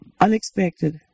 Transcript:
unexpected